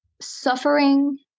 suffering